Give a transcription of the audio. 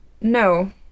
No